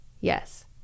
Yes